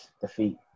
defeat